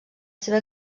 seva